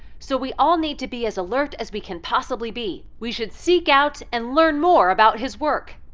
so we all need to be as alert as we can possibly be. we should seek out and learn more about his work.